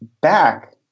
back